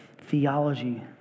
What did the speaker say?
theology